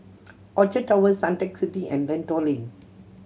Orchard Towers Suntec City and Lentor Lane